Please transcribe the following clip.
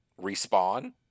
respawn